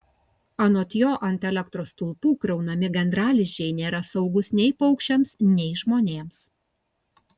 anot jo ant elektros stulpų kraunami gandralizdžiai nėra saugūs nei paukščiams nei žmonėms